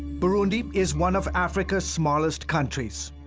burundi is one of africa's smallest countries.